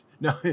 No